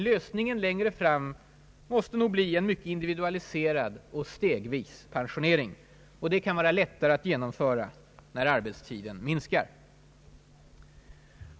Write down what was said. Lösningen längre fram måste nog bli en mycket individualiserad och stegvis pensionering. Den kan vara lättare att genomföra när arbetstiden minskar.